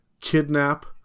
kidnap